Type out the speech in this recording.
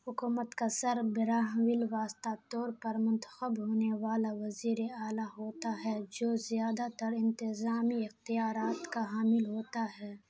حکومت کا سربراہ بالواسطہ طور پر منتخب ہونے والا وزیر اعلیٰ ہوتا ہے جو زیادہ تر انتظامی اختیارات کا حامل ہوتا ہے